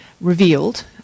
revealed